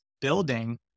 building